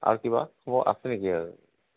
আৰু কিবা আছে নেকি আৰু